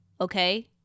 Okay